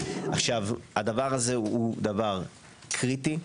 עכשיו, הדבר הזה הוא דבר קריטי.